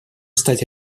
стать